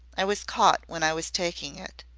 i was caught when i was taking it.